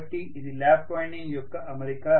కాబట్టి ఇది lap winding యొక్క అమరిక